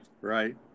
Right